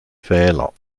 fehler